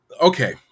Okay